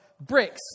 bricks